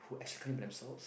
who exclaim themselves